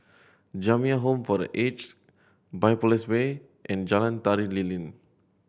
Jamiyah Home for The Aged Biopolis Way and Jalan Tari Lilin